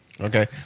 Okay